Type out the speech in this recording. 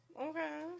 Okay